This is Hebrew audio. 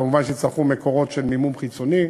כמובן, יצטרכו מקורות של מימון חיצוני